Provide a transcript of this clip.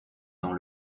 dans